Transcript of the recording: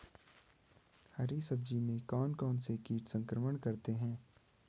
हरी सब्जी में कौन कौन से कीट संक्रमण करते हैं?